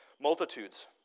Multitudes